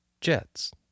Jets